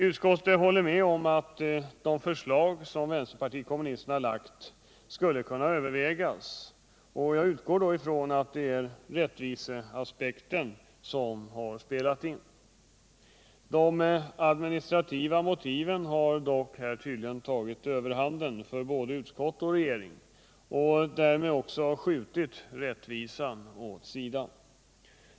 Utskottet håller med om att de förslag vänsterpartiet kommunisterna framlagt skulle kunna övervägas. Jag utgår då från att det är rättviseaspekten som har spelat in. De administrativa motiven har tydligen tagit överhand för både utskott och regering och därmed har också rättvisan skjutits åt sidan.